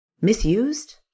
misused